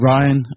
Ryan